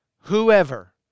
whoever